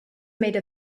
made